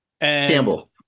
Campbell